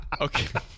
Okay